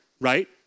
right